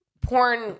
porn